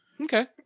Okay